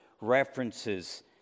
references